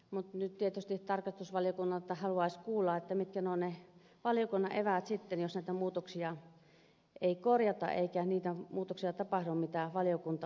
mutta nyt tietysti tarkastusvaliokunnalta haluaisi kuulla mitkä ovat ne valiokunnan eväät sitten jos näitä asioita ei korjata eikä niitä muutoksia tapahdu joita valiokunta on esittänyt